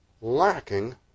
lacking